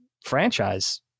franchise